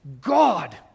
God